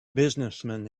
businessman